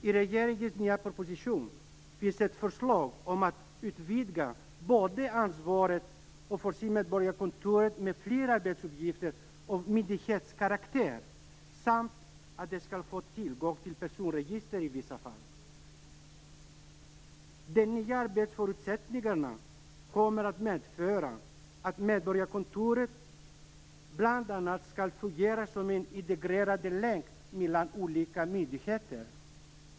I regeringens nya proposition finns ett förslag om att både utvidga ansvaret för medborgarkontoret, och förse dem med fler arbetsuppgifter av myndighetskaraktär, och se till att de får tillgång till personregister i vissa fall. De nya arbetsförutsättningarna kommer att medföra att medborgarkontoret bl.a. skall fungera som en integrerad länk mellan olika myndigheter.